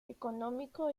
económico